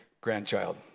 grandchild